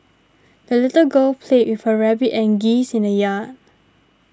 the little girl played with her rabbit and geese in the yard